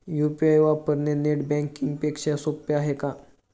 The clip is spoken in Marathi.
यु.पी.आय वापरणे नेट बँकिंग पेक्षा सोपे आहे का?